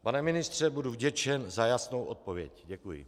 Pana ministře, budu vděčen za jasnou odpověď. Děkuji.